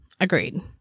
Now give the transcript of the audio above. Agreed